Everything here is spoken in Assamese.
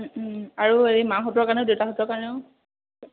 ও ও আৰু এই মাহঁতৰ কাৰণেও দেউতাহঁতৰ কাৰণেও